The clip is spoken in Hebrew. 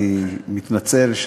אני מתנצל,